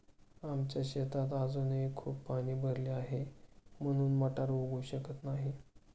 आमच्या शेतात अजूनही खूप पाणी भरले आहे, म्हणून मटार उगवू शकत नाही